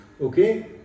okay